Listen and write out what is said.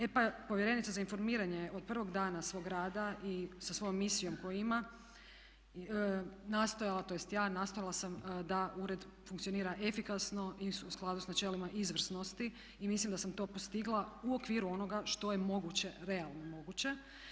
E pa povjerenica za informiranje je od prvog dana svoga rada i sa svojom misijom koja ima nastojala, tj. ja nastojala sam da ured funkcionira efikasno i u skladu sa načelima izvrsnosti i mislim da sam to postigla u okviru onoga što je moguće, realno moguće.